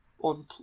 on